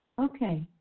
Okay